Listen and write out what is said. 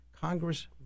Congress